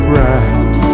right